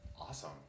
Awesome